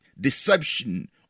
deception